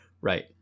right